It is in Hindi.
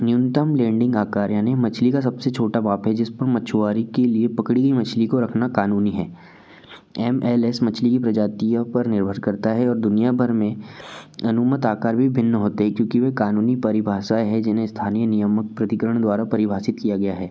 न्यूनतम लैंडिंग आकार यानिी मछली का सब से छोटा वाप है जिस पर मछुआरे के लिए पकड़ी गई मछली को रखना क़ानूनी है एम एल एस मछली की प्रजातियाें पर निर्भर करता है और दुनिया भर में अनुमत आकार भी भिन्न होते है क्योंकि वह क़ानूनी परिभाषा है जिन्हें स्थानीय नियमक प्रतिकरण द्वारा परिभाशित किया गया है